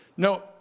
No